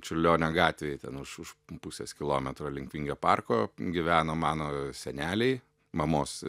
čiurlionio gatvėje ten už už pusės kilometro link vingio parko gyveno mano seneliai mamos